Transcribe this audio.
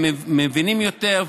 הם מבינים יותר,